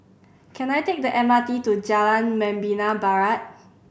can I take the M R T to Jalan Membina Barat